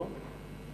לא?